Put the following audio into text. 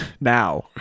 now